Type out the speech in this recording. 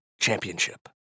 championship